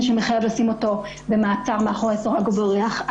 שמחייב לשים אותו במעצר מאחורי סורג ובריח,